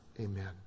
Amen